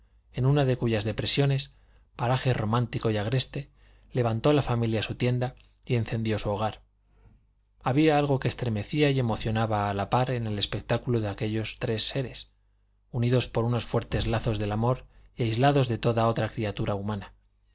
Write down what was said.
en una de cuyas depresiones paraje romántico y agreste levantó la familia su tienda y encendió su hogar había algo que estremecía y emocionaba a la par en el espectáculo de aquellos tres seres unidos por los fuertes lazos del amor y aislados de toda otra criatura humana